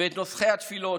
ואת נוסחי התפילות,